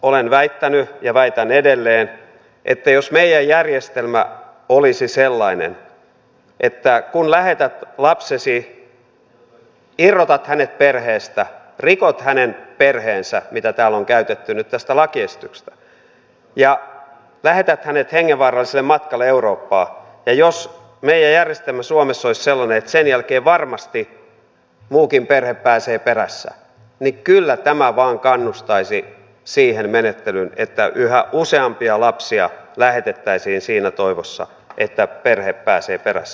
olen väittänyt ja väitän edelleen että jos meidän järjestelmämme suomessa olisi sellainen että kun lähetät lapsesi irrotat hänet perheestä rikot hänen perheensä mitä täällä on sanottu nyt tästä lakiesityksestä ja lähetät hänet hengenvaaralliselle matkalle eurooppaa jos me järjestämme suomessa eurooppaan sen jälkeen varmasti muukin perhe pääsee perässä niin kyllä tämä vain kannustaisi siihen menettelyyn että yhä useampia lapsia lähetettäisiin siinä toivossa että perhe pääsee perässä